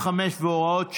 55 והוראות שעה),